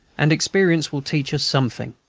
and experience will teach us something.